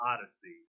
Odyssey